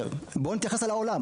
נתייחס אל העולם,